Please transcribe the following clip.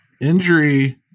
injury